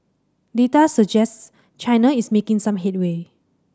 data suggests China is making some headway